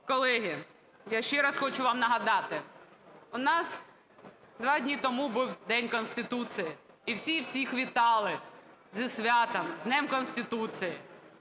Колеги, я ще раз хочу вам нагадати, у нас два дні тому був День Конституції, і всі всіх вітали зі світом, з Днем Конституції.